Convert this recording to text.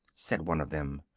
said one of them.